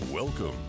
Welcome